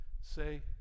Say